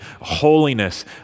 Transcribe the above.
holiness